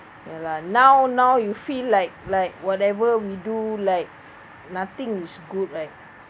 ya lah now now you feel like like whatever we do like nothing is good right